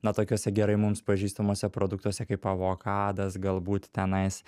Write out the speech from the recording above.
na tokiuose gerai mums pažįstamuose produktuose kaip avokadas galbūt tenais